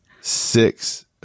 six